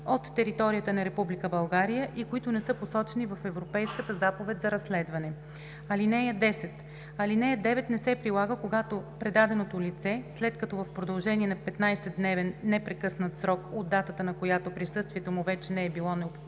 от територията на Република България и които не са посочени в Европейската заповед за разследване. (10) Алинея 9 не се прилага, когато предаденото лице, след като в продължение на 15-дневен непрекъснат срок от датата, на която присъствието му вече не е било необходимо